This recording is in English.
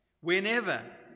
Whenever